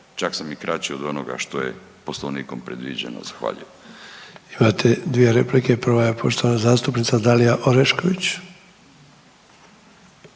čak sam i kraći od onoga što je poslovnikom predviđeno. Zahvaljujem. **Sanader, Ante (HDZ)** Imate dvije replike, prva je poštovana zastupnica Dalija Orešković.